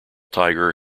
tiger